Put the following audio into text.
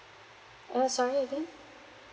ah sorry again